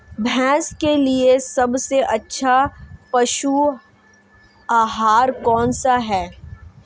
भैंस के लिए सबसे अच्छा पशु आहार कौनसा है?